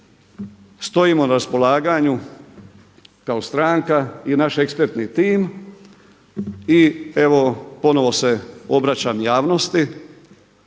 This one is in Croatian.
Stojimo na raspolaganju kao stranka i naš ekspertni tim i evo ponovno se obraćam javnosti